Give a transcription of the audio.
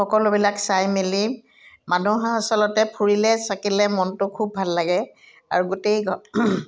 সকলোবিলাক চাই মেলি মানুহৰ আচলতে ফুৰিলে চাকিলে মনটো খুব ভাল লাগে আৰু গোটেই